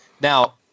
Now